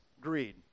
greed